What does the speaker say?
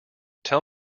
tell